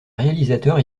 réalisateurs